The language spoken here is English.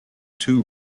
two